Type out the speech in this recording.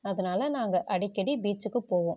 அதனால் நாங்கள் அடிக்கடி பீச்சுக்கு போவோம்